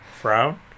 Frown